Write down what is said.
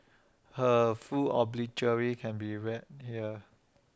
her full obituary can be read here